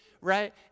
right